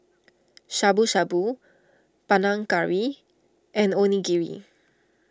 Shabu Shabu Panang Curry and Onigiri